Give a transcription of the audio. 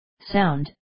sound